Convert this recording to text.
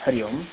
Hari Om